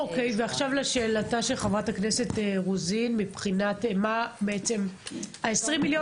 עכשיו לשאלתה של חברת הכנסת רוזין 20 מיליון